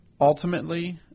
ultimately